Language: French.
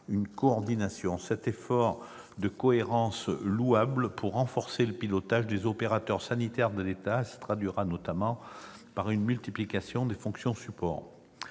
une coordination. Cet effort de cohérence, louable pour renforcer le pilotage des opérateurs sanitaires de l'État, se traduira notamment par une mutualisation des fonctions support.